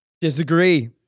Disagree